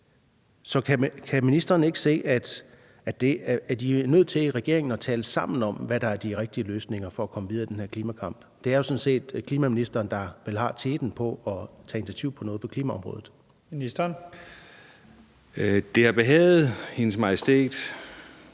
Så kan ministeren ikke se, at man i regeringen er nødt til at tale sammen om, hvad der er de rigtige løsninger for at komme videre i den her klimakamp? Det er vel sådan set klimaministeren, der har teten i forhold til at tage initiativ til noget på klimaområdet. Kl. 15:12 Første